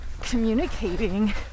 communicating